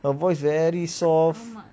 her voice very soft